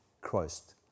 Christ